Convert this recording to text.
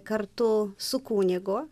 kartu su kunigu